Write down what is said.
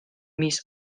mis